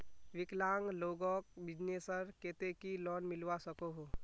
विकलांग लोगोक बिजनेसर केते की लोन मिलवा सकोहो?